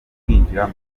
kwinjira